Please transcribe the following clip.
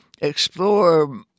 explore